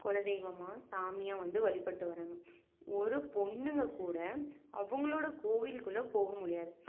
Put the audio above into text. குலத்தெய்வமா சாமியாக வந்து வழிபட்டு வர்றாங்க ஒரு பொண்ணுங்க கூட அவங்களோடய கோவில்க்குள்ளே போக முடியாது